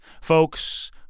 Folks